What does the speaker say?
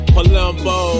Palumbo